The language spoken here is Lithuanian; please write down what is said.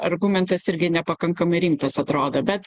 argumentas irgi nepakankamai rimtas atrodo bet